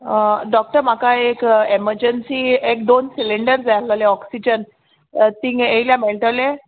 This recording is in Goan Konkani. डॉक्टर म्हाका एक एमर्जंसी एक दोन सिलींडर जाय आहलोले ऑक्सिजन तींग येयल्या मेळटोले